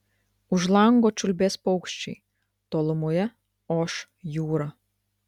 už lango čiulbės paukščiai tolumoje oš jūra